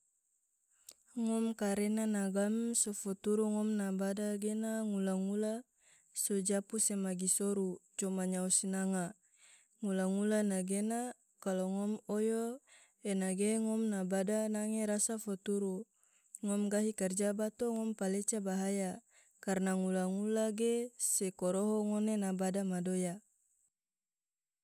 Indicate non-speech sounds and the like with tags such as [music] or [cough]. [noise] ngom karena na gam so foturu ngom na bada gena ngula-ngula so japu se magi soru coma nyao sinanga, ngula-ngula nagena kalo ngom oyo ena ge ngom na bada nange rasa foturu, ngom gahi karja bato ngom paleca bahaya. karna ngula-ngua ge se koroho ngone na bada madoya. [noise]